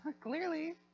Clearly